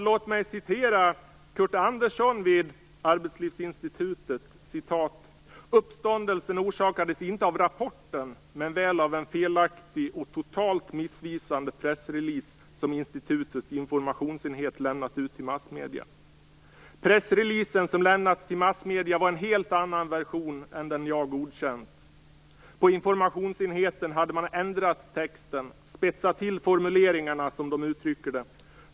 Låt mig citera Kurt Andersson vid Arbetslivsinstitutet: "Uppståndelsen orsakades inte av rapporten, men väl av en felaktig och totalt missvisande pressrelease som Institutets informationsenhet lämnat ut till massmedia. Pressreleasen som lämnats till massmedia var en helt annan version än den jag godkänt. På informationsenheten hade man ändrat texten - spetsat till formuleringarna som dom uttrycker det.